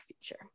future